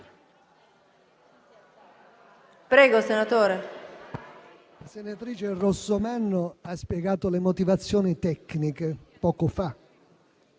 Prego, senatore